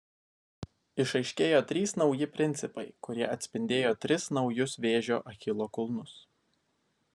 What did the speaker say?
išaiškėjo trys nauji principai kurie atspindėjo tris naujus vėžio achilo kulnus